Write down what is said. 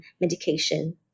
medication